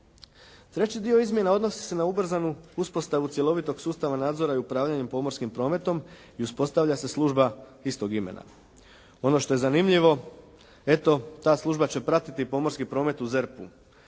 Treći dio izmjena odnosi se na ubrzanu uspostavu cjelovitog sustava nadzora i upravljanja pomorskim prometom i uspostavlja se služba istog imena. Ono što je zanimljivo eto ta služba će pratiti pomorski promet u ZERP-u.